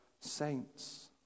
saints